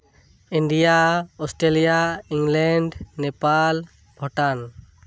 India Australia England Nepal Bhutan